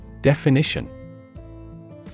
Definition